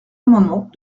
amendement